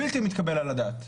בלתי מתקבל על הדעת.